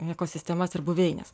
ekosistemas ir buveines